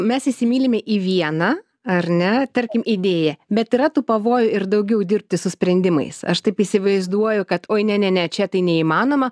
mes įsimylime į vieną ar ne tarkim idėją bet yra tų pavojų ir daugiau dirbti su sprendimais aš taip įsivaizduoju kad oi ne ne ne čia tai neįmanoma